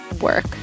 work